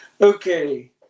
Okay